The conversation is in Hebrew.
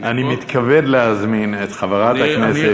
אני מתכבד להזמין את חברת הכנסת יעל גרמן.